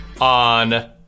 on